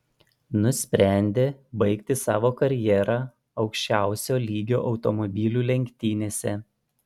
nusprendė baigti savo karjerą aukščiausio lygio automobilių lenktynėse